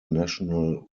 national